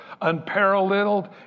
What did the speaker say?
unparalleled